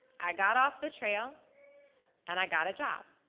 i got off the trail and i got a job.